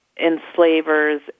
enslavers